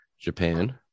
Japan